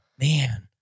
Man